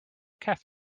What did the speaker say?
cafe